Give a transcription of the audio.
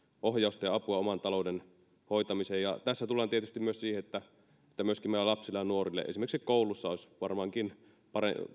ohjausta ja apua oman talouden hoitamiseen ja tässä tullaan tietysti myös siihen että myöskin meidän lapsille ja nuorille esimerkiksi koulussa olisi varmaankin